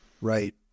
right